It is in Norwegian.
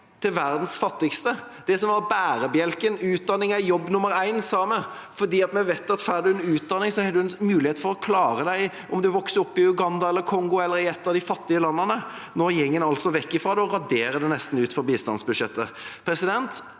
til verdens fattigste, det som var bærebjelken. Utdanning er jobb nummer én, sa vi, fordi vi vet at om du får deg en utdanning, har du en mulighet til å klare deg om du vokser opp i Uganda, Kongo eller i et annet av de fattige landene. Nå går en altså bort fra det og raderer det nesten ut av bistandsbudsjettet.